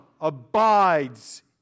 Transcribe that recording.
abides